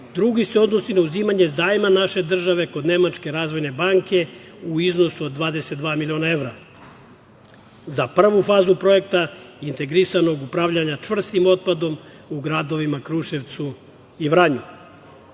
drugi se odnosi na uzimanje zajma naše države kod Nemačke razvojne banke u iznosu od 22 miliona evra za prvu fazu projekta integrisanog upravljanja čvrstim otpadom u gradovima Kruševcu i Vranju. Mislim